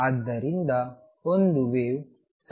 ಆದ್ದರಿಂದ ಒಂದು ವೇವ್ ಸಂಬಂಧಿತವಾಗಿದೆ